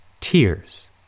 Tears